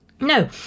No